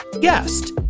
guest